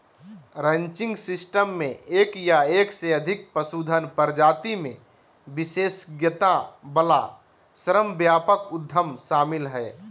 ranching system मे एक या एक से अधिक पशुधन प्रजाति मे विशेषज्ञता वला श्रमव्यापक उद्यम शामिल हय